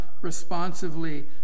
responsively